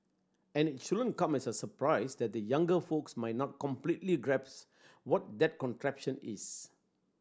and it shouldn't come as a surprise that the younger folks might not completely grasp what that contraption is